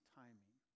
timing